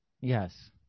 Yes